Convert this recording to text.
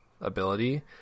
ability